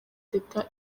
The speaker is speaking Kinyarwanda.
d’etat